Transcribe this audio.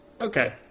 Okay